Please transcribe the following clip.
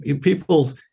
people